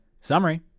Summary